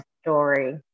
story